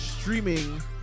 streaming